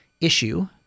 issue